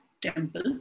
temple